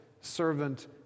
servant